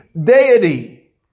deity